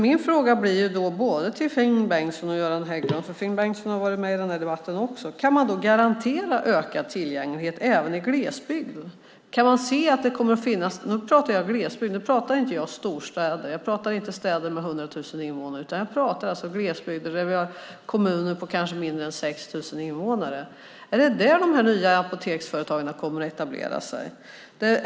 Min fråga blir då både till Finn Bengtsson, som också har varit med i debatten, och till Göran Hägglund: Kan man garantera ökad tillgänglighet även i glesbygd? Nu pratar jag om glesbygd, inte om storstäder eller städer med 100 000 invånare. Jag pratar om glesbygder där det finns kommuner med kanske mindre än 6 000 invånare. Är det där de nya apoteksföretagen kommer att etablera sig?